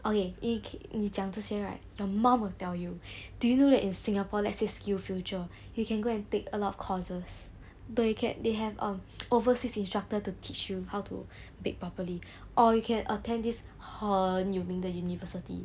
okay 你讲这些 right your mom will tell you do you know that in singapore let's say skillsfuture you can go and take a lot of courses but you can they have um overseas instructor to teach you how to bake properly or you can attend these 很有名的 university